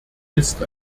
ist